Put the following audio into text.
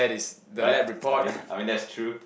right I mean I mean that's true